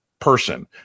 Person